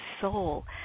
soul